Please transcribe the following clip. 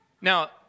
Now